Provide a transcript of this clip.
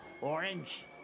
Orange